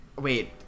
Wait